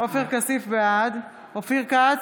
בעד אופיר כץ,